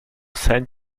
send